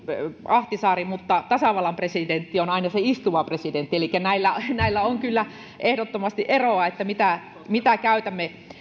ahtisaari mutta tasavallan presidentti on aina se istuva presidentti elikkä näillä näillä on kyllä ehdottomasti eroa mitä mitä käytämme